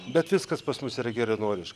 bet viskas pas mus yra geranoriškai